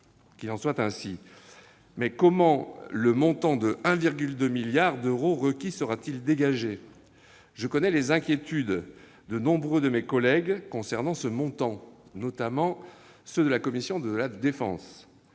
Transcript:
Mais comment le montant de 1,2 milliard d'euros requis sera-t-il dégagé ? Je connais les inquiétudes de nombre de mes collègues, membres notamment de la commission de la défense,